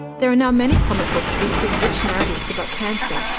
there are now many comic books featuring rich narratives about cancer,